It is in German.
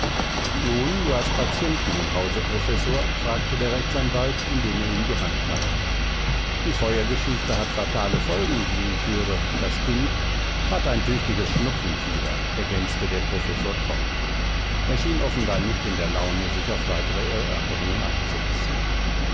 nun du hast patienten im hause professor fragte der rechtsanwalt indem er ihm die hand reichte die feuergeschichte hat fatale folgen wie ich höre das kind hat ein tüchtiges schnupfenfieber ergänzte der professor trocken er schien offenbar nicht in der laune sich auf weitere erörterungen einzulassen